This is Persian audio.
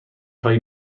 هایی